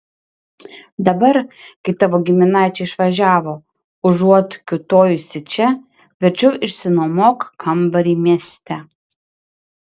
dabar kai tavo giminaičiai išvažiavo užuot kiūtojusi čia verčiau išsinuomok kambarį mieste